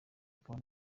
akaba